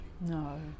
no